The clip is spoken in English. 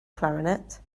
clarinet